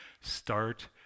start